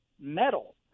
metal